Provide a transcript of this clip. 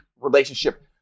relationship